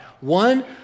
one